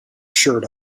shirt